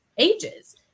ages